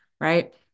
Right